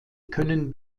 können